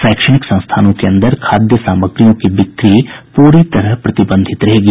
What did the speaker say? शैक्षणिक संस्थानों के अंदर खाद्य सामग्रियों की बिक्री पूरी तरह प्रतिबंधित रहेगी